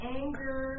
anger